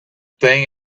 thing